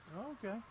Okay